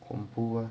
恐怖 eh